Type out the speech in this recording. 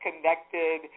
connected